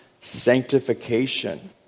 sanctification